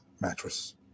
mattress